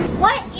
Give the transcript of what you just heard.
what is